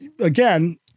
Again